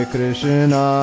Krishna